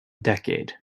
decade